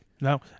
No